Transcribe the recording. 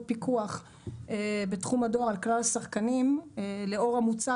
פיקוח בתחום הדואר על כלל השחקנים לאור המוצע,